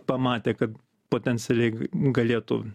pamatė kad potencialiai galėtų